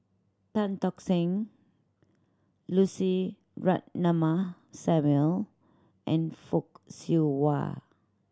Tan Tock Seng Lucy Ratnammah Samuel and Fock Siew Wah